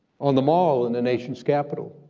on the mall in the nation's capital,